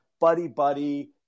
buddy-buddy